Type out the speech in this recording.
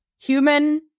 human